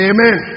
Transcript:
Amen